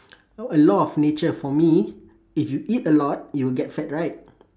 oh a law of nature for me if you eat a lot you will get fat right